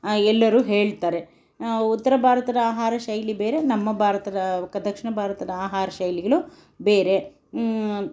ಎಲ್ಲರೂ ಹೇಳ್ತಾರೆ ಉತ್ತರ ಭಾರತದ ಆಹಾರ ಶೈಲಿ ಬೇರೆ ನಮ್ಮ ಭಾರತದ ದಕ್ಷಿಣ ಭಾರತದ ಆಹಾರ ಶೈಲಿಗಳು ಬೇರೆ